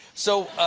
so